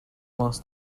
last